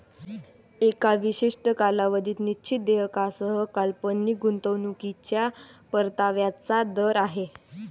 एका विशिष्ट कालावधीत निश्चित देयकासह काल्पनिक गुंतवणूकीच्या परताव्याचा दर आहे